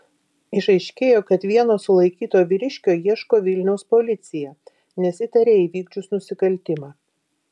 išaiškėjo kad vieno sulaikyto vyriškio ieško vilniaus policija nes įtaria įvykdžius nusikaltimą